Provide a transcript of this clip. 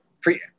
pre-